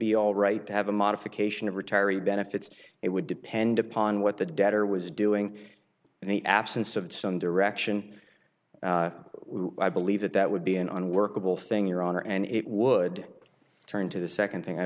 be all right to have a modification of retiree benefits it would depend upon what the debtor was doing and the absence of some direction i believe that that would be an unworkable thing your honor and it would turn to the second thing i